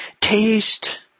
taste